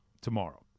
tomorrow